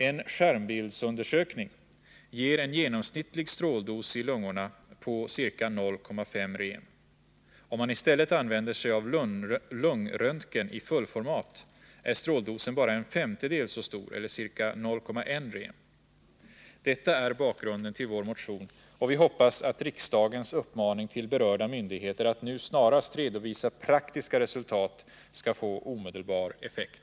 En skärmbildsundersökning ger en genomsnittlig stråldos i lungorna på ca. 0,5 rem. Om man i stället använder sig av lungröntgen i fullformat är stråldosen bara en femtedel så stor eller ca 0,1 rem. Detta är bakgrunden till vår motion, och vi hoppas att riksdagens uppmaning till berörda myndigheter att nu snarast redovisa praktiska resultat skall få omedelbar effekt.